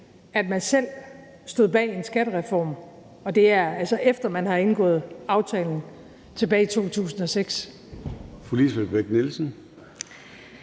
at man selv stod bag en skattereform, og det er altså, efter at man havde indgået aftalen tilbage i 2006.